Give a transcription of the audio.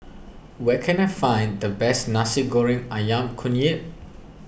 where can I find the best Nasi Goreng Ayam Kunyit